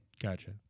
Gotcha